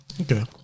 Okay